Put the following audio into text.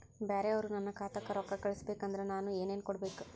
ಬ್ಯಾರೆ ಅವರು ನನ್ನ ಖಾತಾಕ್ಕ ರೊಕ್ಕಾ ಕಳಿಸಬೇಕು ಅಂದ್ರ ನನ್ನ ಏನೇನು ಕೊಡಬೇಕು?